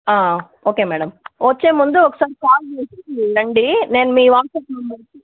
okay madam వచ్చేముందు ఒకసారి call చేసి రండి నేను మీ వాట్సప్ నంబర్కి